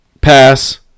pass